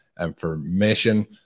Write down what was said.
information